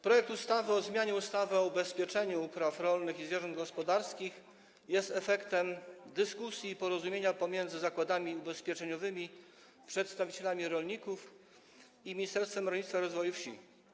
Projekt ustawy o zmianie ustawy o ubezpieczeniu upraw rolnych i zwierząt gospodarskich jest efektem dyskusji i porozumienia pomiędzy zakładami ubezpieczeniowymi, przedstawicielami rolników a Ministerstwem Rolnictwa i Rozwoju Wsi.